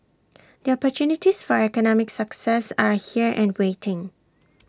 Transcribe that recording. the opportunities for economic success are here and waiting